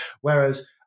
Whereas